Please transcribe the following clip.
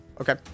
Okay